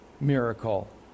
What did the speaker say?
miracle